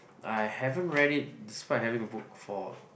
I haven't read it despite having the book for